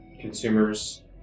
consumers